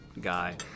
guy